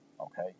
okay